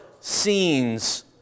scenes